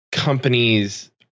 companies